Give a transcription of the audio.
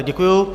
Děkuju.